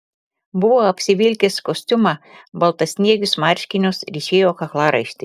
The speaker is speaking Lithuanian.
buvo apsivilkęs kostiumą baltasniegius marškinius ryšėjo kaklaraištį